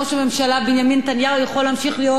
יכול להמשיך להיות ראש הממשלה שלנו.